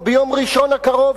או ביום ראשון הקרוב,